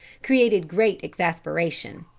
created great exasperation.